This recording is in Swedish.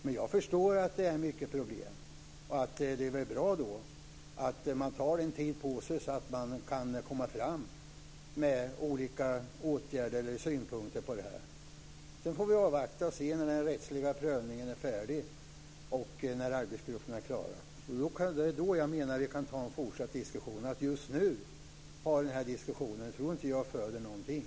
Men jag förstår att det är mycket problem. Då är det väl bra att man tar den tid på sig som man behöver så att man kan komma fram med olika åtgärder och synpunkter på detta. Vi får avvakta och se när den rättsliga prövningen är färdig och när arbetsgruppen är klar. Det är då som jag menar att vi kan ta en fortsatt diskussion. Att just nu ha den här diskussionen tror jag inte föder någonting.